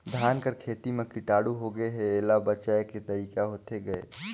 धान कर खेती म कीटाणु होगे हे एला बचाय के तरीका होथे गए?